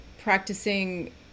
practicing